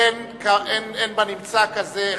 אין בנמצא אחד כזה.